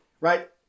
right